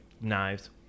knives